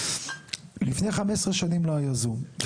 לפני 15 שנים לא היה זום.